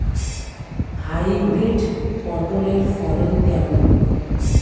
Hybrid পটলের ফলন কেমন?